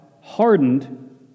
hardened